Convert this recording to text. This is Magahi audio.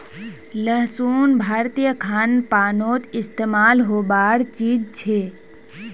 लहसुन भारतीय खान पानोत इस्तेमाल होबार चीज छे